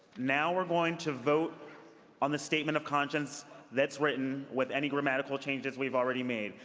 now we're going to volt on the statement of conscience that's written with any grammatical changes we've already made.